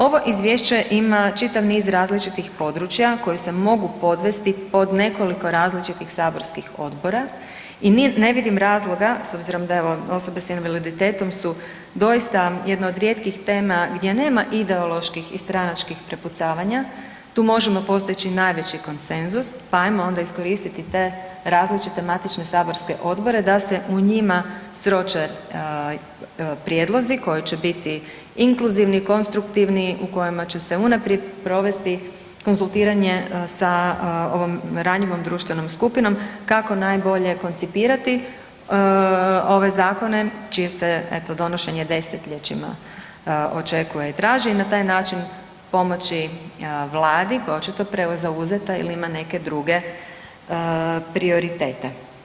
Ovo Izvješće ima čitav niz različitih područja koja se mogu podvesti pod nekoliko različitih saborskih odbora i ne vidim razloga, s obzirom da evo, osobe s invaliditetom su doista jedna od rijetkih tema gdje nema ideoloških i stranačkih prepucavanja, tu možemo postići najveći konsenzus, pa ajmo onda iskoristiti te različite matične saborske odbore da se u njima sroče prijedlozi koji će biti inkluzivni, konstruktivni, u kojima će se unaprijed provesti konzultiranje sa ovom ranjivom društvenom skupinom, kako najbolje koncipirati ove zakone, čije se, eto, donošenje desetljećima očekuje i traži i na taj način pomoći Vladi koja je očito prezauzeta ili ima neke druge prioritete.